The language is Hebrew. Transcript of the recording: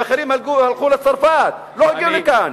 ואחרים הלכו לצרפת, לא הגיעו לכאן.